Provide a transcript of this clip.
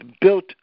built